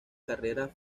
carreras